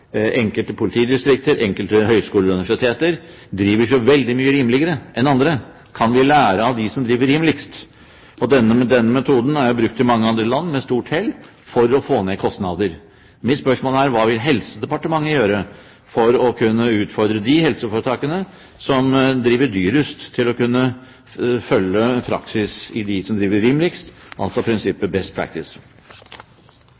enkelte helseforetak, enkelte politidistrikter, enkelte høyskoler og universiteter driver så veldig mye rimeligere enn andre? Kan vi lære av dem som driver rimeligst? Denne metoden er blitt brukt i mange andre land med stort hell for å få ned kostnader. Mitt spørsmål er: Hva vil Helsedepartementet gjøre for å kunne utfordre de helseforetakene som driver dyrest, til å kunne følge praksisen til dem som driver rimeligst,